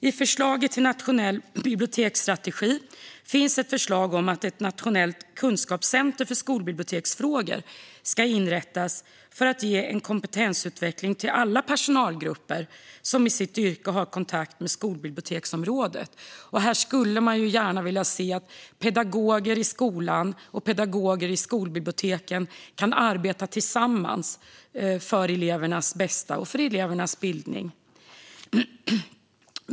I förslaget till nationell biblioteksstrategi finns ett förslag om att ett nationellt kunskapscentrum för skolbiblioteksfrågor ska inrättas för att ge kompetensutveckling till alla personalgrupper som i sitt yrke har kontakt med skolbiblioteksområdet. Här skulle man gärna vilja se att pedagoger i skolan och skolbiblioteken kan arbeta tillsammans för elevernas bästa och för deras bildning.